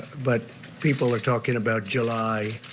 but people are talking about july,